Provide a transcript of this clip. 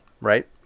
right